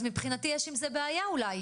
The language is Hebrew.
אז מבחינתי יש עם זה בעיה אולי.